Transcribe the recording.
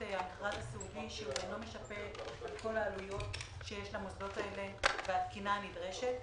המכרז הסיעודי שאינו משפה על כל העלויות שיש למוסדות והתקינה הנדרשת.